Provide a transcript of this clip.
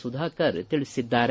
ಸುಧಾಕರ್ ತಿಳಿಸಿದ್ದಾರೆ